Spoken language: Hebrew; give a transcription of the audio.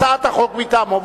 הצעת החוק מטעמו,